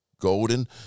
golden